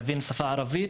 שמבין את השפה הערבית,